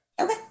Okay